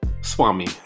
Swami